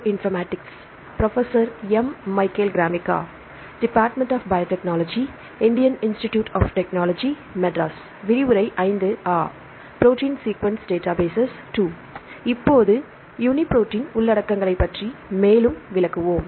இப்போது யூனிபிரோட்டின் உள்ளடக்கங்களைப் பற்றி மேலும் விளக்குவோம்